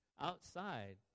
Outside